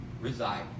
reside